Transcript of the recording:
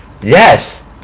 Yes